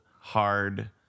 hard